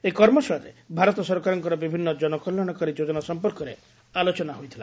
ଏହି କର୍ମଶାଳାରେ ଭାରତ ସରକାରଙ୍କ ବିଭିନ୍ ଜନଲ୍ୟାଶକାରୀ ଯୋଜନା ସମ୍ପର୍କରେ ଆଲୋଚନା ହୋଇଥିଲା